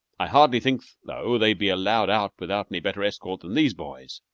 i hardly think, though, they'd be allowed out without any better escort than these boys.